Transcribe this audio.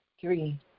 Three